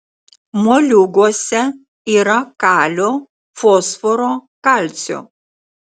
moliūguose yra kalio fosforo kalcio